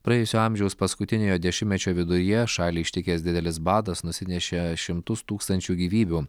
praėjusio amžiaus paskutiniojo dešimtmečio viduryje šalį ištikęs didelis badas nusinešė šimtus tūkstančių gyvybių